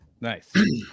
Nice